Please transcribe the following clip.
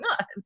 on